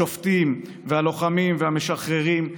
השופטים והלוחמים והמשחררים,